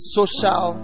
social